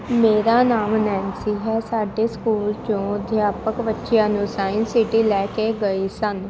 ਮੇਰਾ ਨਾਮ ਨੈਨਸੀ ਹੈ ਸਾਡੇ ਸਕੂਲ 'ਚੋਂ ਅਧਿਆਪਕ ਬੱਚਿਆਂ ਨੂੰ ਸਾਇੰਸ ਸਿਟੀ ਲੈ ਕੇ ਗਏ ਸਨ